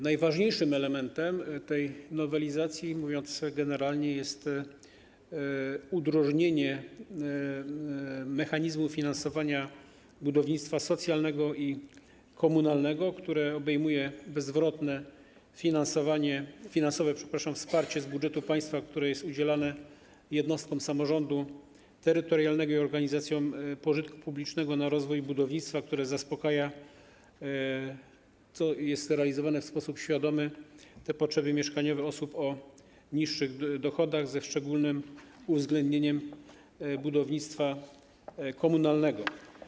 Najważniejszym elementem tej nowelizacji, mówiąc generalnie, jest udrożnienie mechanizmu finansowania budownictwa socjalnego i komunalnego, co obejmuje bezzwrotne finansowe wsparcie z budżetu państwa, które jest udzielane jednostkom samorządu terytorialnego i organizacjom pożytku publicznego w celu rozwoju budownictwa, które zaspokaja, co jest realizowane w sposób świadomy, potrzeby mieszkaniowe osób o niższych dochodach, ze szczególnym uwzględnieniem budownictwa komunalnego.